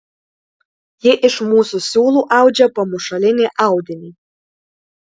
ji iš mūsų siūlų audžia pamušalinį audinį